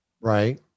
Right